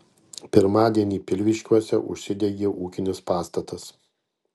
pirmadienį pilviškiuose užsidegė ūkinis pastatas